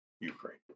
Ukraine